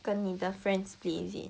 跟你的 friend split is it